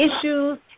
issues